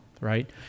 right